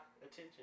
attention